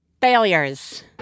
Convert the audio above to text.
Failures